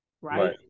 Right